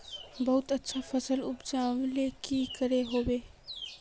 बहुत अच्छा फसल उपजावेले की करे होते?